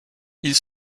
ils